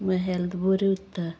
मागीर हॅल्थ बरी उत्ता